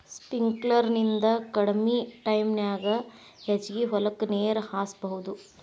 sprinkler ನಿಂದ ಕಡಮಿ ಟೈಮನ್ಯಾಗ ಹೆಚಗಿ ಹೊಲಕ್ಕ ನೇರ ಹಾಸಬಹುದು